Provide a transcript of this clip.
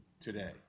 today